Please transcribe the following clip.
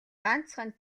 ганцхан